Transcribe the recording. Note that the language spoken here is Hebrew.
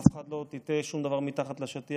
אף אחד לא טאטא שום דבר מתחת לשטיח.